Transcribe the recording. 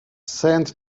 sent